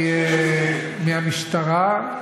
מהמשטרה.